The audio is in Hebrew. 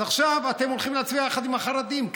אז עכשיו אתם הולכים להצביע יחד עם החרדים.